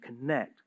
connect